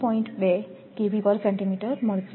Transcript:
2 મળશે